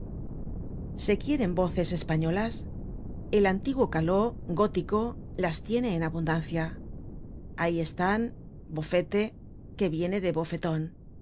se quieren voces españolas el antiguo caló gótico las tiene en abundancia ahí están boffete que viene de bofeton